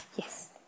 Yes